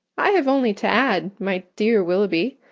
i have only to add, my dear willoughby,